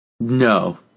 No